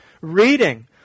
reading